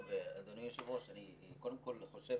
אדוני היושב ראש, אני קודם כל חושב